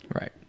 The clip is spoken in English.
Right